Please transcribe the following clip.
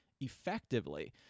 effectively